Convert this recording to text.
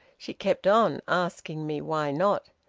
she kept on asking me why not.